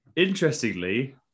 Interestingly